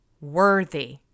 worthy